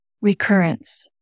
recurrence